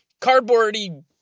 cardboardy